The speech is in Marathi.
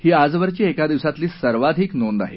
ही आजवरची एका दिवसातली सर्वाधिक नोंद आहे